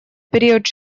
период